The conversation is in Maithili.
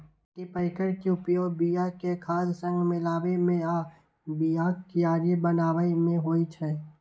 कल्टीपैकर के उपयोग बिया कें खाद सं मिलाबै मे आ बियाक कियारी बनाबै मे होइ छै